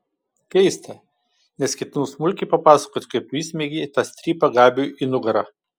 keista nes ketinu smulkiai papasakoti kaip tu įsmeigei tą strypą gabiui į nugarą